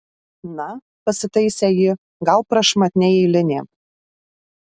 na pasitaisė ji gal prašmatniai eilinė